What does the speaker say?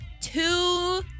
two